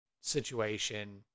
situation